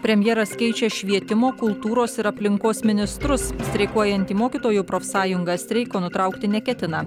premjeras keičia švietimo kultūros ir aplinkos ministrus streikuojanti mokytojų profsąjunga streiko nutraukti neketina